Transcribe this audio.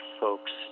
folks